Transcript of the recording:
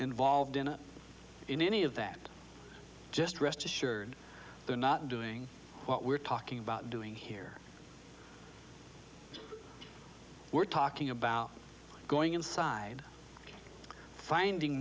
involved in in any of that just rest assured they're not doing what we're talking about doing here we're talking about going inside finding